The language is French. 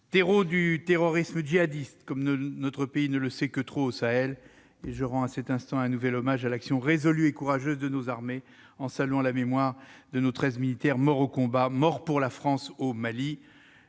terreau du terrorisme djihadiste, comme notre pays ne le sait que trop au Sahel. Je rends à cet instant un nouvel hommage à l'action résolue et courageuse de nos armées et je salue la mémoire de nos treize militaires morts au combat, morts pour la France, au Mali.